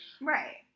right